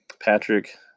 Patrick